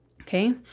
Okay